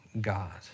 God